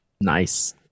Nice